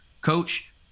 Coach